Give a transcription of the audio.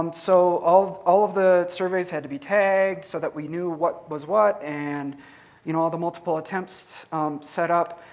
um so all of the surveys had to be tagged so that we knew what was what and you know all the multiple attempts set up.